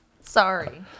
Sorry